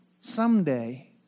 someday